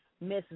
Miss